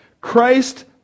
Christ